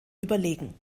überlegen